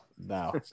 No